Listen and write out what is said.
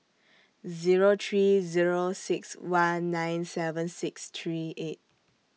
Zero three Zero six one nine seven six three eight